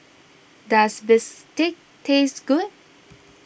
does Bistake taste good